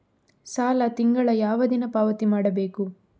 ಸಾಲ ತಿಂಗಳ ಯಾವ ದಿನ ಪಾವತಿ ಮಾಡಬೇಕು?